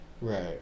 Right